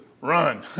run